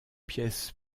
pièces